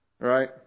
Right